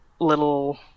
little